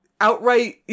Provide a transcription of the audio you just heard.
outright